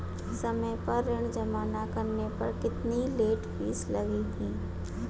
समय पर ऋण जमा न करने पर कितनी लेट फीस लगेगी?